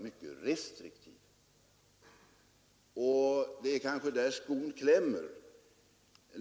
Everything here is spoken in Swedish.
Det är kanske där skon klämmer.